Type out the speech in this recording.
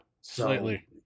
slightly